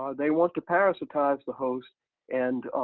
they want to parasitize the host and